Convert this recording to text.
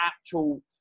actual